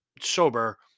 sober